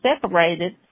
separated